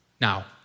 Now